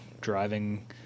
driving